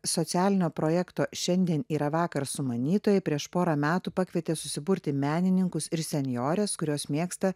socialinio projekto šiandien yra vakar sumanytojai prieš porą metų pakvietė susiburti menininkus ir senjores kurios mėgsta